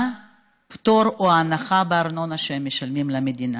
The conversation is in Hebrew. פטור או הנחה בארנונה שהם משלמים למדינה?